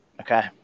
Okay